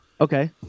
Okay